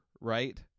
Right